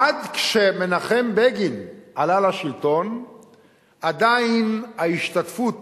עד שמנחם בגין עלה לשלטון עדיין ההשתתפות